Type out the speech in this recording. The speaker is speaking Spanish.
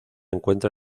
encuentra